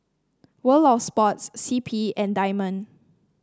World Of Sports C P and Diamond